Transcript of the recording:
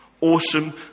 Awesome